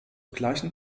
gleichen